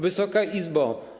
Wysoka Izbo!